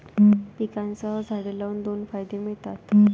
पिकांसह झाडे लावून दोन फायदे मिळतात